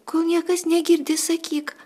kol niekas negirdi sakyk